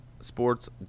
Sports